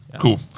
cool